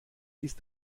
ist